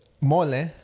mole